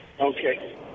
Okay